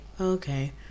Okay